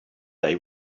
they